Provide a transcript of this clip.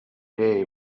day